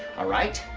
ah right?